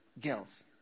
Girls